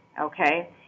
Okay